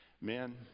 Men